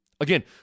Again